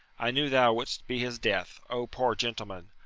i knew thou wouldst be his death! o, poor gentleman!